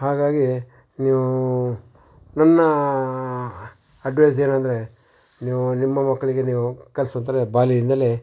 ಹಾಗಾಗಿ ನೀವು ನನ್ನ ಅಡ್ವೈಸ್ ಏನಂದರೆ ನೀವು ನಿಮ್ಮ ಮಕ್ಕಳಿಗೆ ನೀವು ಕಲ್ಸಿದ್ರೆ ಬಾಲ್ಯದಿಂದಲೇ